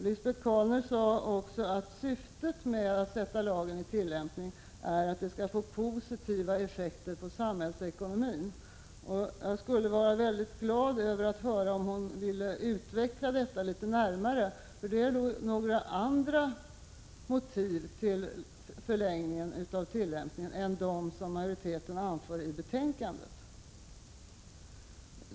Lisbet Calner sade också att syftet med att sätta lagen i tillämpning är att detta skall få positiva effekter på samhällsekonomin. Jag skulle vara glad om hon ville utveckla detta närmare. Det finns nog andra motiv till förlängning av tillämpningen än de som majoriteten anför i betänkandet.